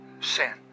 sin